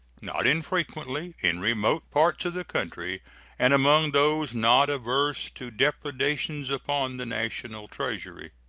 not infrequently in remote parts of the country and among those not averse to depredations upon the national treasury.